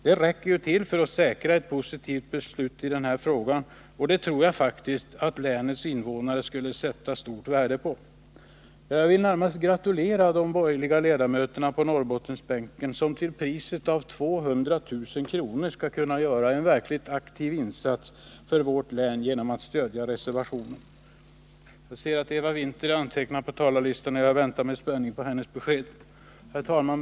Det räcker till för att säkra ett positivt beslut i frågan, och det tror jag faktiskt länets invånare skulle sätta stort värde på. Ja, jag vill närmast gratulera de borgerliga ledamöterna på Norrbottensbänken, som till priset av 200 000 kr. kan göra en verkligt aktiv insats för vårt län genom att stödja reservationen. Jag ser att Eva Winther är antecknad på talarlistan, och jag väntar med spänning på hennes besked. Herr talman!